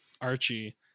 Archie